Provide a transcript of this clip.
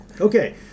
Okay